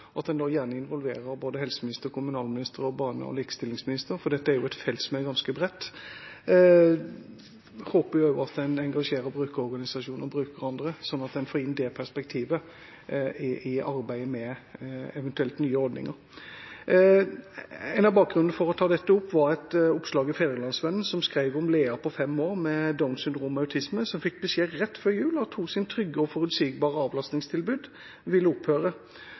og inkluderingsminister, for dette er et felt som er ganske bredt. Jeg håper at man også engasjerer brukerorganisasjoner, brukere og andre, slik at man får inn det perspektivet i arbeidet med eventuelle nye ordninger. Noe av bakgrunnen for å ta dette opp, var et oppslag i Fædrelandsvennen om Leah på 5 år med Downs syndrom og autisme, som rett før jul fikk beskjed om at hennes trygge og forutsigbare avlastningstilbud ville opphøre.